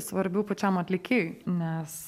svarbiau pačiam atlikėjui nes